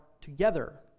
together